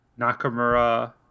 Nakamura